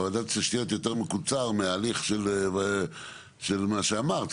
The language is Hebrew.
וועדת התשתיות יותר מקוצר מההליך של מה שאמרת,